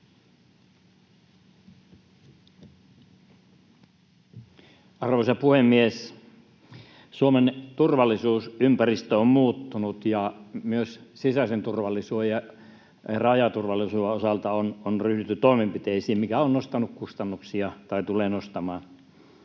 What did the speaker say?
Arvoisa puhemies! Suomen turvallisuusympäristö on muuttunut, ja myös sisäisen turvallisuuden ja rajaturvallisuuden osalta on ryhdytty toimenpiteisiin, mikä on nostanut kustannuksia tai tulee nostamaan.